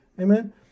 Amen